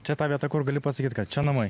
čia ta vieta kur gali pasakyt kad čia namai